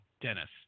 Dennis